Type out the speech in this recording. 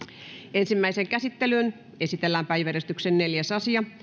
ensimmäiseen käsittelyyn esitellään päiväjärjestyksen neljäs asia